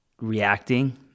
reacting